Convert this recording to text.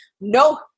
no